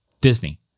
Disney